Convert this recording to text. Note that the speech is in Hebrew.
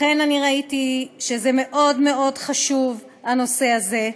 לכן ראיתי שזה מאוד מאוד חשוב, הנושא הזה.